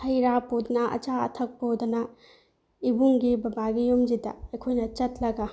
ꯍꯩꯔꯥ ꯄꯨꯗꯅ ꯑꯆꯥ ꯑꯊꯛ ꯄꯨꯗꯅ ꯏꯕꯨꯡꯒꯤ ꯕꯕꯥꯒꯤ ꯌꯨꯝꯁꯤꯗ ꯑꯩꯈꯣꯏꯅ ꯆꯠꯂꯒ